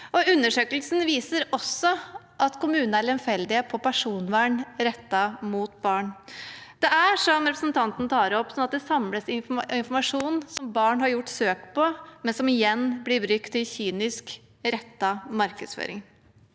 Undersøkelsen viser også at kommunene er lemfeldige når det gjelder personvernet til barn. Det er, som representanten tar opp, sånn at det samles informasjon som barn har gjort søk på, og som igjen blir brukt i kynisk rettet markedsføring.